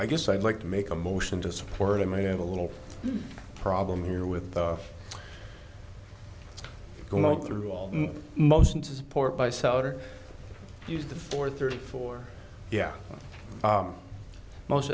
i guess i'd like to make a motion to support i may have a little problem here with go through all the most to support by souter use the four thirty four yeah most